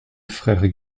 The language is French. frères